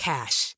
Cash